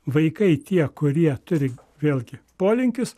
vaikai tie kurie turi vėlgi polinkius